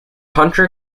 hunter